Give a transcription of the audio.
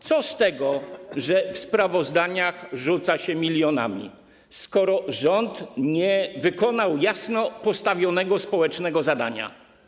Co z tego, że w sprawozdaniach rzuca się milionami, skoro rząd nie wykonał jasno postawionego społecznego zadania?